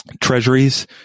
treasuries